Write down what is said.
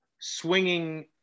swinging